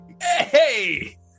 Hey